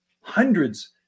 hundreds